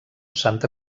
santa